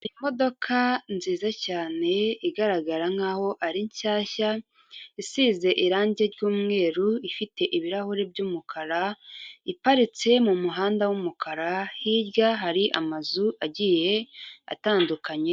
Imodoka nziza cyane igaragara nkaho ari shyashya isize irangi ry'umweru ifite ibirahuri by'umukara iparitse mu muhanda w'umukara hirya hari amazu agiye atandukanye.